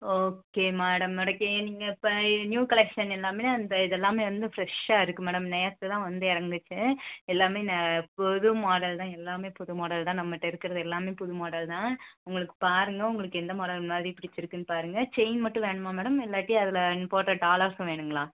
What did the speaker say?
okay madam கடைக்கு நீங்கள் இப்போ நியூ கலெக்ஷன் எல்லாமே அந்த இதெல்லாமே வந்து ஃப்ரெஷ்ஷாக இருக்குது மேடம் நேற்று தான் வந்து இறங்குச்சி எல்லாமே ந புது மாடல் தான் எல்லாமே புது மாடல் தான் நம்மகிட்ட இருக்கிறது எல்லாமே புது மாடல் தான் உங்களுக்கு பாருங்க உங்களுக்கு எந்த மாடல் மாதிரி பிடிச்சிருக்குன்னு பாருங்க செயின் மட்டும் வேணுமா மேடம் இல்லாட்டி அதில் போடுற டாலர்ஸும் வேணுமுங்களா